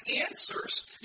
answers